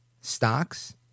stocks